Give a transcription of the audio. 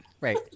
Right